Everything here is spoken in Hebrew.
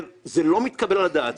זה לא מתקבל על הדעת,